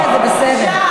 בושה.